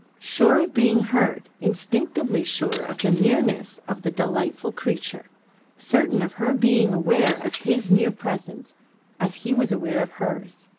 sure of being heard, instinctively sure of the nearness of the delightful creature certain of her being aware of his near presence as he was aware of hers.